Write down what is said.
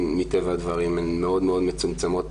מטבע הדברים הן מאוד מאוד מצומצמות,